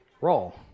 Roll